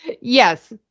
yes